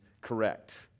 correct